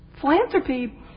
philanthropy